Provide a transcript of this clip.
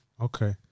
okay